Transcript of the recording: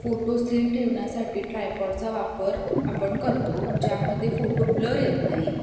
photo स्थिर ठेवण्यासाठी ट्रायपॉडचा वापर आपण करतो ज्यामध्ये फोटो ब्लर येत नाही